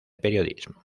periodismo